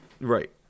Right